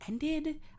ended